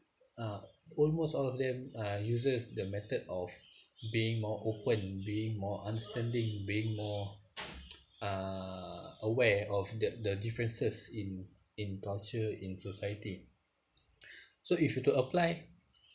uh almost all of them uh use the method of being more opened being more understanding being more uh aware of the the differences in in culture in society so if you to apply